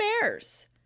bears